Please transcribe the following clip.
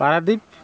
Paradip